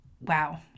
Wow